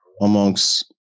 amongst